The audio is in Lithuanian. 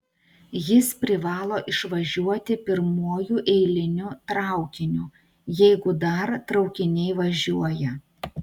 jis privalo išvažiuoti pirmuoju eiliniu traukiniu jeigu dar traukiniai važiuoja